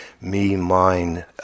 me-mine